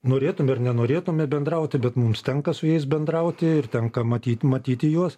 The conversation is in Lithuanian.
norėtume ar nenorėtumėme bendrauti bet mums tenka su jais bendrauti ir tenka matyt matyti juos